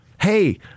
Hey